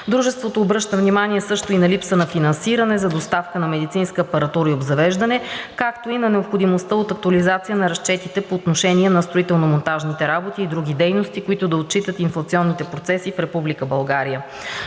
Дружеството обръща внимание също и на липсата на финансиране за доставка на медицинска апаратура и обзавеждане, както и на необходимостта от актуализация на разчетите по отношение на строително-монтажните работи и други дейности, които да отчитат инфлационните процеси в